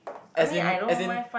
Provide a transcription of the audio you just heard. as in as in